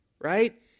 right